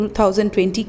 2020